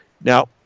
Now